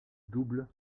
double